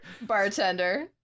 bartender